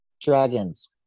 Dragons